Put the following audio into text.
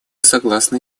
согласны